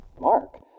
Mark